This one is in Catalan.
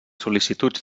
sol·licituds